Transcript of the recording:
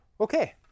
Okay